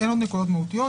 אין עוד נקודות מהותיות.